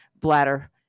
bladder